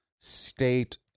state